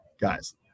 guys